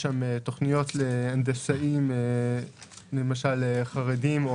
יש שם תוכניות להנדסאים, למשל, לחרדים.